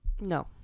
No